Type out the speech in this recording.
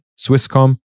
Swisscom